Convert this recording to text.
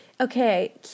Okay